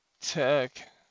tech